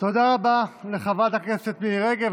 תודה רבה לחברת הכנסת מירי רגב.